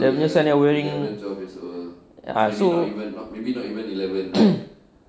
eleven years old not wearing ah so